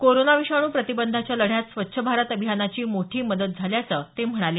corona विषाणू प्रतिबंधाच्या लढ्यात स्वच्छ भारत अभियानाची मोठी मदत झाल्याचं ते म्हणाले